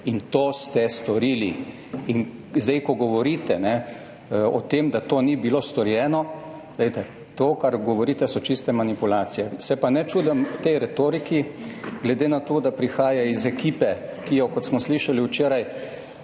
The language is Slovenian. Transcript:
in to ste storili. Sedaj, ko govorite o tem, da to ni bilo storjeno. Poglejte, to kar govorite so čiste manipulacije. Se pa ne čudim tej retoriki, glede na to, da prihaja iz ekipe, ki jo, kot smo slišali včeraj